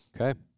Okay